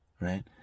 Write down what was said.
Right